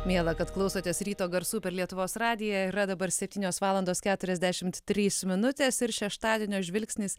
miela kad klausotės ryto garsų per lietuvos radiją yra dabar septynios valandos keturiasdešimt trys minutės ir šeštadienio žvilgsnis